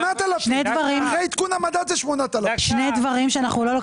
אחרי עדכון המדד זה 8,000. כמה עולה